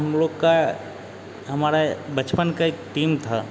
हमलोग की हमारे बचपन की एक टीम थी